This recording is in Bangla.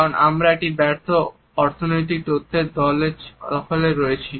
কারণ আমরা একটি ব্যর্থ অর্থনৈতিক তত্ত্বের দখলে রয়েছি